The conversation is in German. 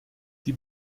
die